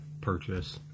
purchase